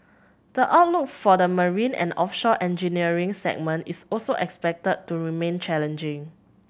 the outlook for the marine and offshore engineering segment is also expected to remain challenging